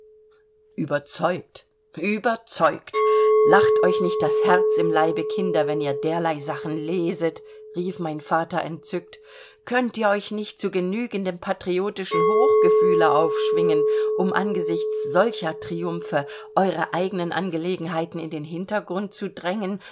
überzeugt überzeugt lacht euch nicht das herz im leibe kinder wenn ihr derlei sachen leset rief mein vater entzückt könnt ihr euch nicht zu genügendem patriotischen hochgefühle aufschwingen um angesichts solcher triumphe eure eigenen angelegenheiten in den hintergrund zu drängen